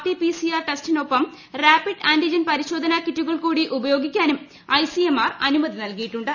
T PCR ടെസ്റ്റിനൊപ്പം rapid antigen പരിശോധന കിറ്റുകൾ കൂടി ഉപയോഗിക്കാനും ഐസിഎംആർ അനുമതി നല്കിയിട്ടുണ്ട്